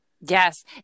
Yes